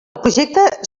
projecte